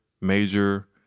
major